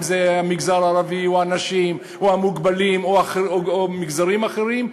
המגזר הערבי או הנשים או המוגבלים או מגזרים אחרים,